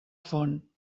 font